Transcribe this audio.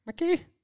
Mickey